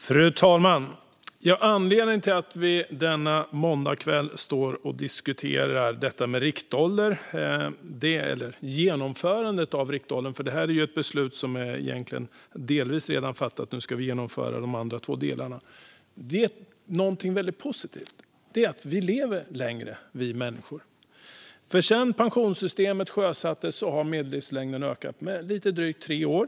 Fru talman! Genomförandet av riktåldern är ett beslut som egentligen delvis redan är fattat. Nu ska vi genomföra de andra två delarna. Anledningen till att vi denna måndagskväll diskuterar detta är något positivt: att vi människor lever längre. Sedan pensionssystemet sjösattes har medellivslängden ökat med lite drygt tre år.